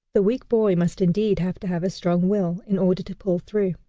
the weak boy must indeed have to have a strong will in order to pull through.